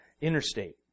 interstate